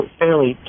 fairly